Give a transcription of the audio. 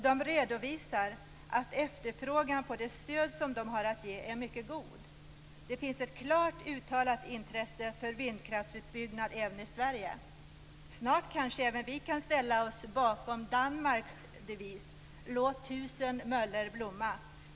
De redovisar att efterfrågan är mycket god på det stöd som de har att ge. Det finns ett klart uttalat intresse för utbyggnad av vindkraften även i Sverige. Snart kanske även vi kan ställa oss bakom Danmarks devis: Låt tusen möller blomma!